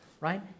right